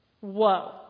Whoa